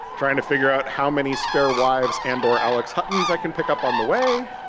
trying to figure out how many spare wives and or alex huttons i can pick up on the way.